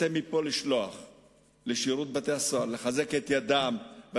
אני רוצה מפה לחזק את ידיו של שירות בתי-הסוהר.